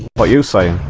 buy you same